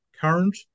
current